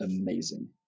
amazing